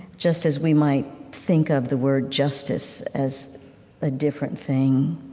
just as we might think of the word justice as a different thing